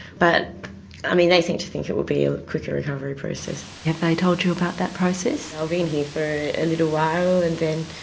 but um they seem to think it will be a quicker recovery process. have they told you about that process? i'll be in here for a little while and then.